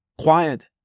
quiet